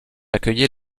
accueillait